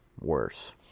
worse